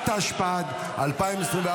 התשפ"ד 2024,